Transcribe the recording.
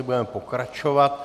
Budeme pokračovat.